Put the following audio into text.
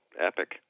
epic